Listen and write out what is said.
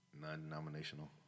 Non-denominational